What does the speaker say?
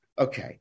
Okay